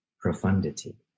profundity